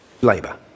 Labour